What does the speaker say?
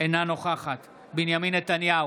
אינה נוכחת בנימין נתניהו,